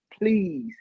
Please